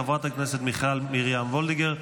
חברת הכנסת מיכל מרים וולדיגר,